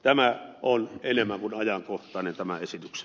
tämä on enemmän kuin ajankohtainen tämä esitys